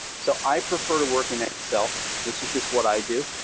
so i prefer to work in excel, this is just what i do.